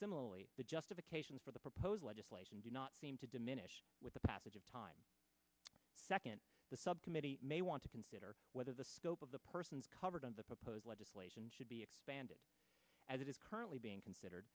similarly the justifications for the proposed legislation do not seem to diminish with the passage of time second the subcommittee may want to consider whether the scope of the persons covered under the proposed legislation should be expanded as it is currently being considered